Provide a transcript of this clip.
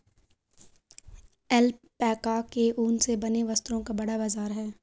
alpaca के ऊन से बने वस्त्रों का बड़ा बाजार है